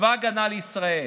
צבא ההגנה לישראל.